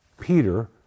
Peter